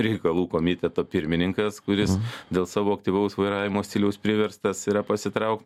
reikalų komiteto pirmininkas kuris dėl savo aktyvaus vairavimo stiliaus priverstas yra pasitrauk